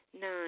Nine